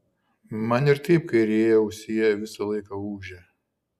man ir taip kairėje ausyje visą laiką ūžia